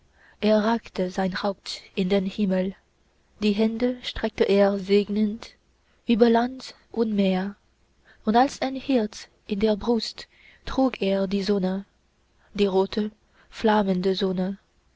es ragte sein haupt in den himmel die hände streckte er segnend über land und meer und als ein herz in der brust trug er die sonne die rote flammende sonne